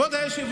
טוב, אני אצא.